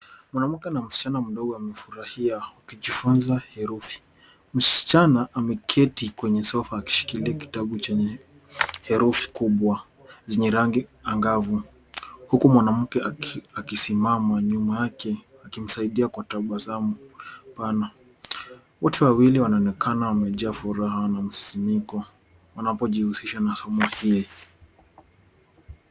Mwanamke na msichana mdogo wamefurahia wakijifunza herufi. Msichana ameketi kwenye sofa akishikilia kitabu chenye herufi kubwa zenye rangi angavu, huku mwanamke akisimama nyuma yake, akimsaidia kwa tabasamu pana. Wote wawili wanaonekana wamejaa furaha na msisimiko wanapojihusisha na somo hili.